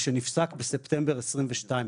ושנפסק בספטמבר2022.